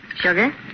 Sugar